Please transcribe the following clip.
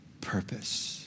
purpose